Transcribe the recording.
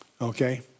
Okay